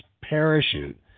parachute